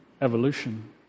evolution